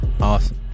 Awesome